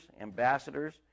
ambassadors